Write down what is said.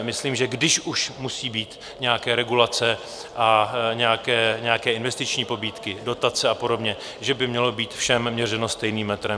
Myslím, že když už musí být nějaké regulace a nějaké investiční pobídky, dotace a podobně, že by mělo být všem měřeno stejným metrem.